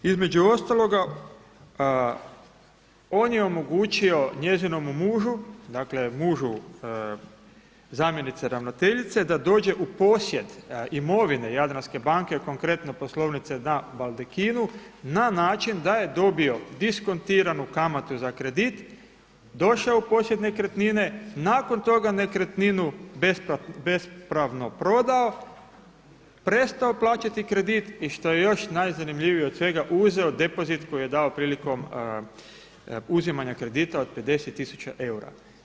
Između ostaloga on je omogućio njezinom mužu, dakle mužu zamjenice ravnateljice da dođe u posjed imovine Jadranske banke konkretno Poslovnice na Baldekinu na način da je dobio diskontiranu kamatu za kredit, došao u posjed nekretnine, nakon toga nekretninu bespravno prodao, prestao plaćati kredit i što je još najzanimljivije od svega, uzeo depozit koji je dao prilikom uzimanja kredita od 50 tisuća eura.